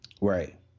Right